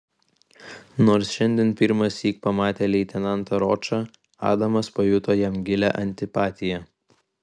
nors šiandien pirmąsyk pamatė leitenantą ročą adamas pajuto jam gilią antipatiją